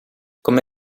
come